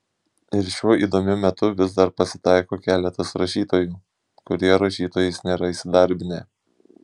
ir šiuo įdomiu metu vis dar pasitaiko keletas rašytojų kurie rašytojais nėra įsidarbinę